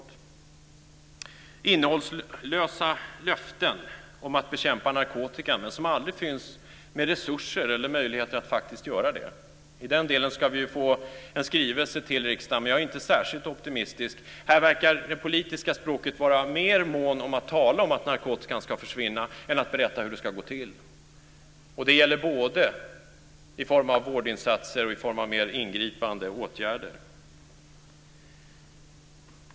Det ges innehållslösa löften om att bekämpa narkotikan, men det finns aldrig resurser eller möjligheter att faktiskt göra det. I den delen ska vi ju få en skrivelse till riksdagen. Men jag är inte särskilt optimistisk. Här verkar man i det politiska språket vara mer mån om att tala om att narkotikan ska försvinna än att berätta hur det ska gå till. Och det gäller både i form av vårdinsatser och i form av mer ingripande åtgärder.